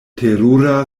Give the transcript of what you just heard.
terura